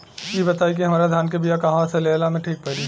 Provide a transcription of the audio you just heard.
इ बताईं की हमरा धान के बिया कहवा से लेला मे ठीक पड़ी?